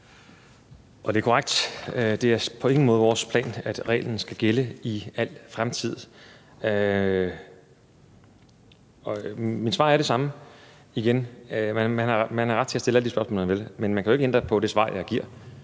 Det er korrekt, det er på ingen måde vores plan, at reglen skal gælde i al fremtid. Men mit svar er det samme. Man har ret til at stille alle de spørgsmål, man vil, men man kan jo ikke ændre på det svar, jeg giver,